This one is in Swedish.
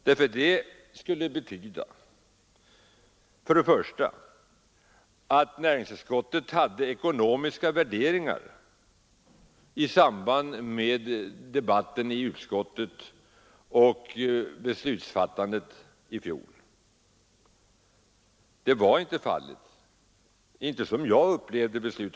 Det skulle betyda att man hade ekonomiska värderingar i samband med debatten i utskottet och beslutsfattandet i fjol. Så var inte fallet, inte som jag upplevde det.